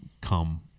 come